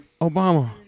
Obama